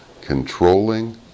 controlling